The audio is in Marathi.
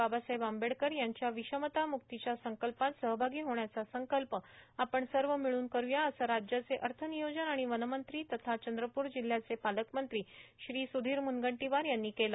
बाबासाहेब आंबेडकर यांच्या र्विषमता म्क्तीच्या संकल्पात सहभागी होण्याचा संकल्प आपण सव र्मिळून करूया असं राज्याचे अथ नियोजन आर्मण वनेमंत्री तथा चंद्रपूर जिल्ह्याचे पालकमंत्री श्री सुधीर मुनगंटोवार यांनी केलं